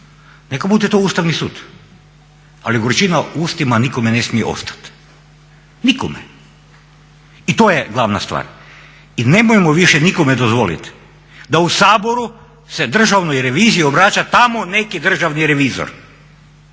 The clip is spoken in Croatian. neka bude to Ustavni sud, ali gorčina u ustima nikome ne smije ostati. Nikome. I to je glavna stvar. I nemojmo više nikome dozvoliti da u Saboru se Državnoj reviziji obraća tamo neki državni revizor